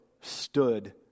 stood